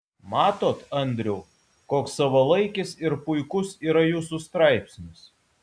matot andriau koks savalaikis ir puikus yra jūsų straipsnis